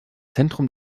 zentrum